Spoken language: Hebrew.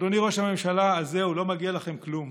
אדוני ראש הממשלה, אז זהו, לא מגיע לכם כלום.